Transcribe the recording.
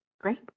Great